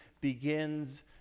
begins